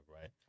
right